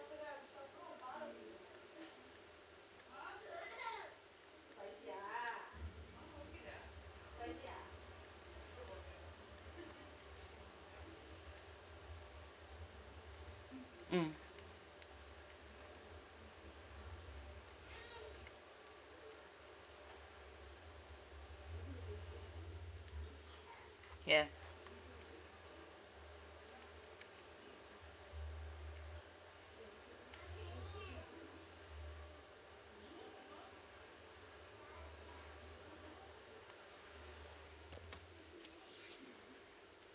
mm ya